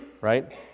Right